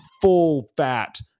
full-fat